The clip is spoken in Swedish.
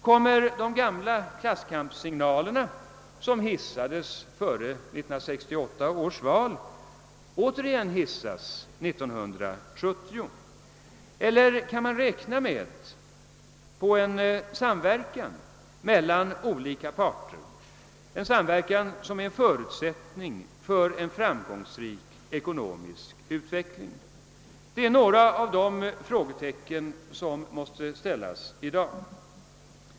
Kommer de gamla klasskampssignaler som hissades före 1968 års val återigen att hissas 1970 eller kan man räkna med en samverkan mellan olika parter, en samverkan som är en förutsättning för en framgångsrik ekonomisk utveckling? Det är några av de frågor som måste ställas i dag.